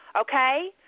okay